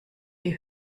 die